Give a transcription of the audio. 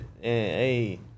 hey